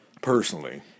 personally